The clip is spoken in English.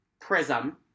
Prism